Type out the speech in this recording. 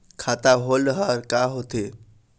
खाता होल्ड हर का होथे?